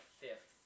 fifth